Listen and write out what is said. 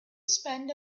spend